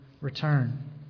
return